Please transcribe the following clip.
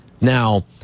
Now